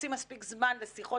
מוצאים מספיק זמן לשיחות,